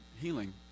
healing